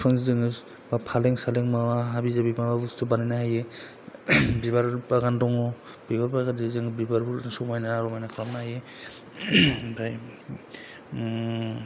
बिफांजों जोङो पालें सालें माबा हाबि जाबि माबा बुस्थु बानायनो हायो बिबार बागान दङ बिबार बागानजों समायना रमायना खालामनो हायो ओमफ्राय